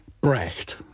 Brecht